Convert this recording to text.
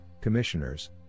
commissioners